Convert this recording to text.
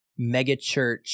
megachurch